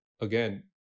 again